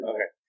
Okay